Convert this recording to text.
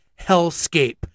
hellscape